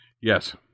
Yes